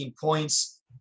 points